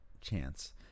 chance